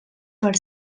per